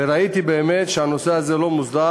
וראיתי באמת שהנושא הזה לא מוסדר,